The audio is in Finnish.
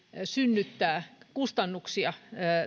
synnyttää kustannuksia